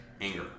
anger